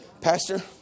pastor